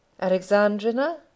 Alexandrina